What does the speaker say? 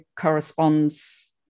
corresponds